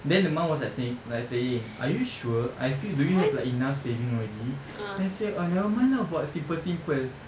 then the mum was like think like saying are you sure I feel do you have like enough saving already then she say err nevermind lah buat simple simple